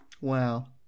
Wow